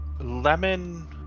Lemon